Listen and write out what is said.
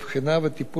תודה רבה.